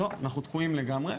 לא, אנחנו תקועים לגמרי.